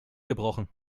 gebrochen